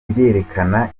birerekana